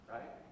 Right